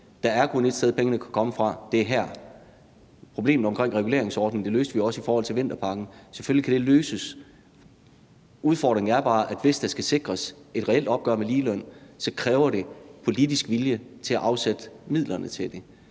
Der er kun ét sted, pengene kan komme fra, og det er her. Problemet omkring reguleringsordningen løste vi også i forhold til vinterpakken. Selvfølgelig kan det løses; udfordringen er bare, at hvis der skal sikres et reelt opgør i forhold til ligeløn, kræver det politisk vilje til at afsætte midlerne til det.